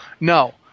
No